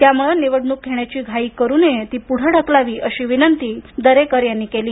त्यामुळे निवडणूक घेण्याची घाई करु नये ती पुढे ढकलावी अशी विनंती दरेकर यांनी केली